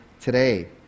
today